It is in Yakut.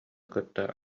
кытта